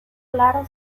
claro